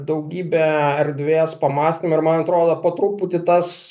daugybė erdvės pamąstymui ir man atrodo po truputį tas